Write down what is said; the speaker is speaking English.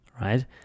right